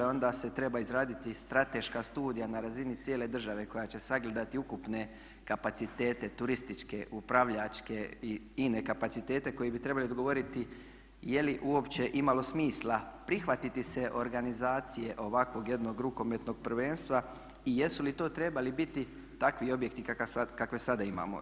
Onda se treba izraditi strateška studija na razini cijele države koja će sagledati ukupne kapacitete turističke, upravljačke i ine kapacitete koji bi trebali odgovoriti je li uopće imalo smisla prihvatiti se organizacije ovakvog jednog rukometnog prvenstva i jesu li to trebali biti takvi objekti kakve sada imamo.